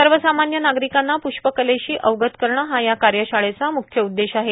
सर्व सामान्य नागरिकांना प्ष्पकलेशी अवगत करणं हा या कार्यशाळेचा म्ख्य उद्देश आहे